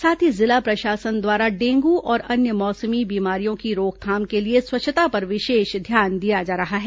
साथ ही जिला प्रशासन द्वारा डेंगू और अन्य मौसमी बीमारियों की रोकथाम के लिए स्वच्छता पर विशेष ध्यान दिया जा रहा है